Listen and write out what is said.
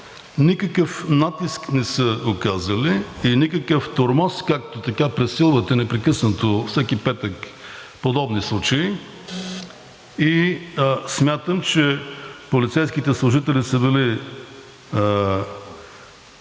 Никакъв натиск не са оказали и никакъв тормоз, както така пресилвате непрекъснато – всеки петък, подобни случаи. Смятам, че полицейските служители са били